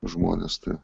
žmonės tai